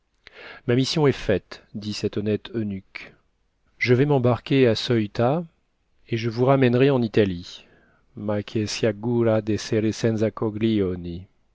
ma mission est faite dit cet honnête eunuque je vais m'embarquer à ceuta et je vous ramènerai en italie ma